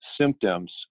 symptoms